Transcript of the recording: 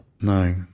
No